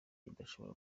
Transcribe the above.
idashobora